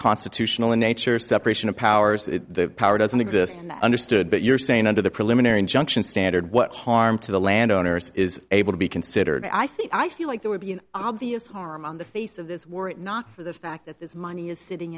constitutional in nature separation of powers if the power doesn't exist and that understood but you're saying under the preliminary injunction standard what harm to the landowners is able to be considered i think i feel like there would be an obvious harm on the face of this were it not for the fact that this money is sitting